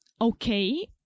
okay